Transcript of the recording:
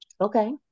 Okay